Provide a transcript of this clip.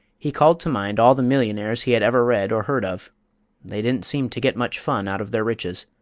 he called to mind all the millionaires he had ever read or heard of they didn't seem to get much fun out of their riches.